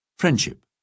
Friendship